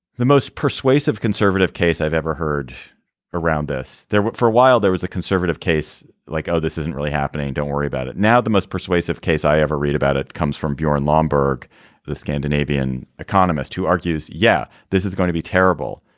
most persuasive conservative case i've ever heard around this there for a while there was a conservative case like oh this isn't really happening don't worry about it now. the most persuasive case i ever read about it comes from bjorn lomborg the scandinavian economist who argues yeah this is gonna be terrible.